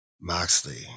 Moxley